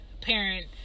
parent